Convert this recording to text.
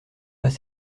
pas